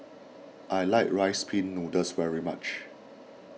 I like Rice Pin Noodles very much